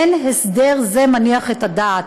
אין הסדר זה מניח את הדעת,